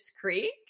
Creek